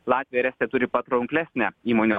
latvija ir estija turi patrauklesnę įmonių